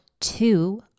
two